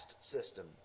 system